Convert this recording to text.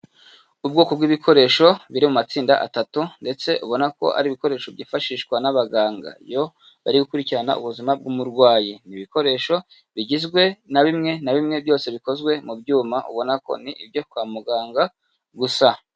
Ubwoko bw'ibikoresho biri mu matsinda atatu, ndetse ubona ko ari ibikoresho byifashishwa n'abaganga iyo bari gukurikirana ubuzima bw'umurwayi. Ni ibikoresho bigizwe na bimwe na bimwe byose bikozwe mu byuma ubona ko ni ibyo kwa muganga gusa.